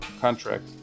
contract